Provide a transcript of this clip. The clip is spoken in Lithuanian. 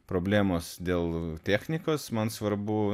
problemos dėl technikos man svarbu